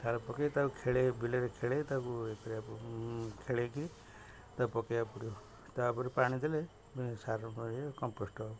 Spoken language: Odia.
ସାର ପକାଇ ତାକୁ ଖେଳାଇ ବିଲରେ ଖେଳାଇ ତାକୁ ଖେଳାଇକି ତାକୁ ପକାଇବାକୁ ପଡ଼ିବ ତା'ପରେ ପାଣି ଦେଲେ ସାର କମ୍ପୋଷ୍ଟ ହବ